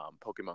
Pokemon